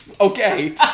Okay